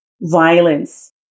violence